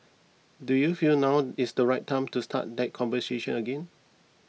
do you feel now is the right time to start that conversation again